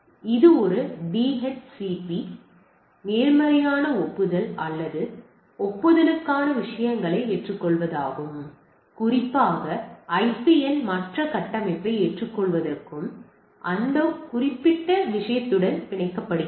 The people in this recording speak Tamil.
இது ஒரு டிஹெச்சிபி நேர்மறையான ஒப்புதல் அல்லது ஒப்புதலுக்கான விஷயங்களை ஏற்றுக்கொள்வதற்கும் குறிப்பாக ஐபிஎன் மற்ற கட்டமைப்பை ஏற்றுக்கொள்வதற்கும் அந்த குறிப்பிட்ட விஷயத்துடன் பிணைக்கப்படுகிறது